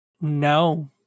No